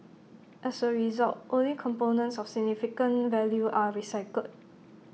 as A result only components of significant value are recycled